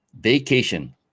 vacation